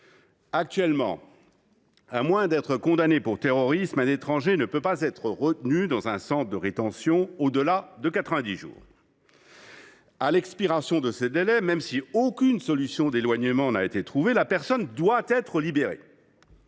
Actuellement, à moins d’être condamné pour terrorisme, un étranger ne peut pas être retenu dans un centre de rétention administrative (CRA) au delà de 90 jours. À l’expiration de ce délai, même si aucune solution d’éloignement n’a été trouvée, la personne doit être libérée.